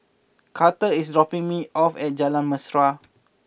Karter is dropping me off at Jalan Mesra